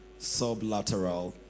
Sublateral